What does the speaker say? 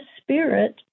spirit